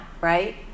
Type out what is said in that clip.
right